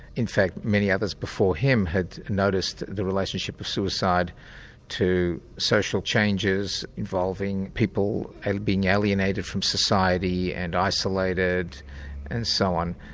in fact many others before him, had noticed the relationship of suicide to social changes involving people having and been alienated from society and isolated and so on.